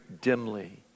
dimly